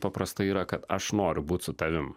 paprastai yra kad aš noriu būt su tavim